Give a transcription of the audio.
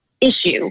issue